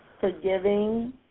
forgiving